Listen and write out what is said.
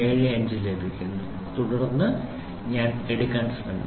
750 ലഭിക്കുന്നു തുടർന്ന് ഞാൻ എടുക്കാൻ ശ്രമിക്കുന്നു